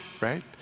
right